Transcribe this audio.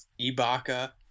Ibaka